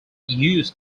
used